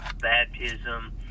baptism